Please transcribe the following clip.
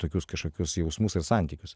tokius kažkokius jausmus ir santykius